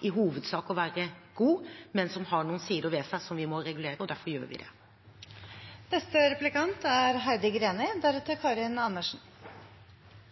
i hovedsak oppfatter å være god, men som har noen sider ved seg som vi må regulere, og derfor gjør vi det. For Senterpartiet er